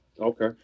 Okay